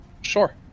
Sure